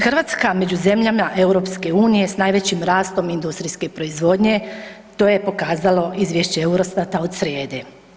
Hrvatska među zemljama EU-a s najvećom rastom industrijske proizvodnje, to je pokazalo izvješće EUROSTAT-a od srijede.